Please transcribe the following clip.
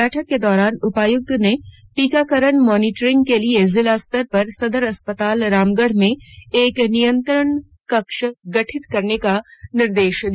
बैठक के दौरान उपायुक्त ने टीकाकरण मॉनिटरिंग के लिए जिला स्तर पर सदर अस्पताल रामगढ़ में एक नियंत्रण कक्ष गठित करने का निर्देश दिया